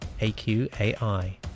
AQAI